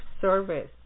service